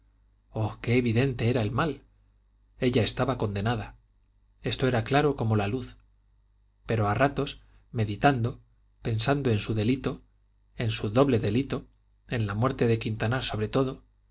qué evidente era el mal ella estaba condenada esto era claro como la luz pero a ratos meditando pensando en su delito en su doble delito en la muerte de quintanar sobre todo